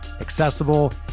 accessible